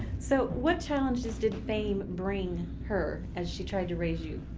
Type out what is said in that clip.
so what challenges did fame bring her as she tried to raise you?